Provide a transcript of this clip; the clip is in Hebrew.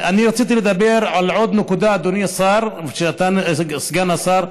אני רציתי לדבר על עוד נקודה, אדוני סגן השר: